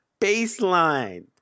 baseline